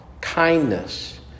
kindness